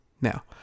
Now